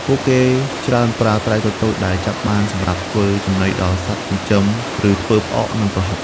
ពួកគេច្រើនប្រើ ត្រីតូចៗ ដែលចាប់បានសម្រាប់ធ្វើចំណីដល់សត្វចិញ្ចឹម ឬធ្វើផ្អក និង ប្រហុក។